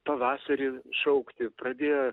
pavasarį šaukti pradėjo